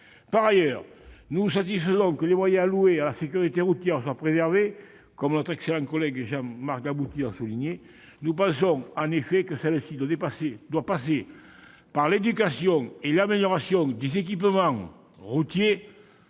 Par ailleurs, nous nous satisfaisons que les moyens alloués à la sécurité routière soient préservés, comme notre excellent collègue Jean-Marc Gabouty l'a souligné. Nous estimons en effet que la sécurité routière doit passer par l'éducation et l'amélioration des équipements routiers,